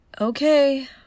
Okay